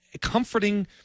comforting